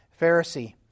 Pharisee